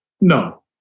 No